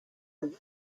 wren